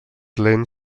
lent